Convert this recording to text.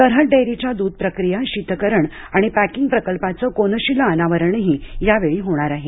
सरहद डेअरीच्या दूध प्रक्रिया शीतकरण आणि पॅकिंग प्रकल्पाचं कोनशिला अनावरणही यावेळी होणार आहे